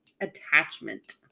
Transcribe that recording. Attachment